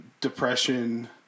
depression